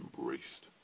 embraced